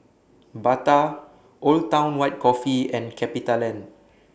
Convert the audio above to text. Bata Old Town White Coffee and CapitaLand